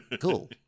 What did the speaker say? Cool